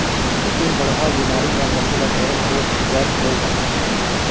पिलबढ़वा बेमारी में पसु ल ढेरेच तेज जर होय जाथे